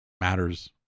matters